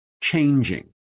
changing